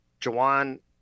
Jawan